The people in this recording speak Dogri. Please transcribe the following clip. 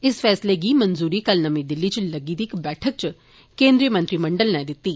इस फैसले गी मंजूरी कल नर्मी दिल्ली इच लग्गी दी इक बैठक इच केन्द्री मंत्रीमंडल नै दिती